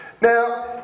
Now